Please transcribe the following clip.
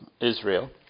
Israel